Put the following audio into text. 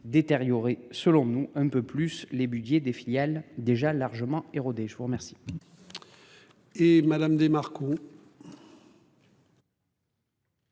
détériorée, selon nous un peu plus les Budgets des filiales déjà largement érodé, je vous remercie.